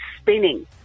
spinning